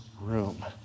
room